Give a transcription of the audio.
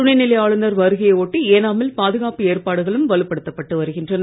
துணைநிலை ஆளுநர் வருகையை ஒட்டி ஏனாமில் பாதுகாப்பு ஏற்பாடுகளும் வலுப்படுத்தப்பட்டு வருகின்றன